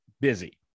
busy